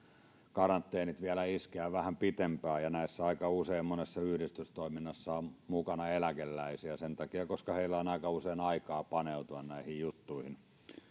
karanteenit vielä iskeä vähän pitempään ja aika usein monen yhdistyksen toiminnassa on mukana eläkeläisiä sen takia että heillä on aika usein aikaa paneutua näihin juttuihin